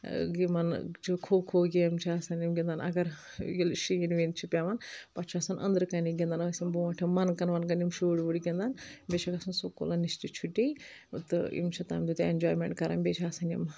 یِمن چھُ کھوکھو گیمہِ چھِ آسان یِم گِنٛدان اگر ییٚلہِ شیٖن ویٖن چھُ پٮ۪وان پتہٕ چھُ آسان أنٛدرٕ کنی گِنٛدان ٲسۍ یِم برٛونٛٹھٕ من کن ون کن یِم شُرۍ وُرۍ گِنٛدان بیٚیہِ چھ گژھان سکوٗلن نِش تہِ چھُٹی تہٕ یِم چھِ تمہِ دۄہ تہِ اٮ۪نجایمینٹ کران بیٚیہِ چھِ آسان یِم